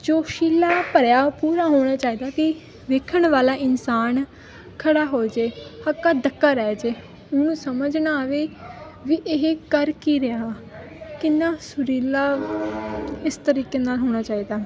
ਜੋਸ਼ੀਲਾ ਭਰਿਆ ਪੂਰਾ ਹੋਣਾ ਚਾਹੀਦਾ ਕਿ ਵੇਖਣ ਵਾਲਾ ਇਨਸਾਨ ਖੜ੍ਹਾ ਹੋ ਜੇ ਹੱਕਾ ਡੱਕਾ ਰਹਿ ਜੇ ਉਹਨੂੰ ਸਮਝ ਨਾ ਆਵੇ ਵੀ ਇਹ ਕਰ ਕੀ ਰਿਹਾ ਕਿੰਨਾ ਸੁਰੀਲਾ ਇਸ ਤਰੀਕੇ ਨਾਲ ਹੋਣਾ ਚਾਹੀਦਾ